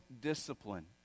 discipline